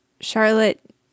Charlotte